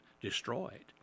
destroyed